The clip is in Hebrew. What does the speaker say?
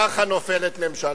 ככה נופלת ממשלה,